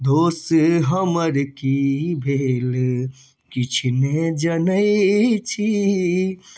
दोष हमर कि भेल किछु नहि जनै छी